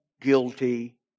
guilty